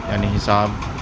یعنی حساب